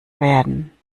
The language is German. werden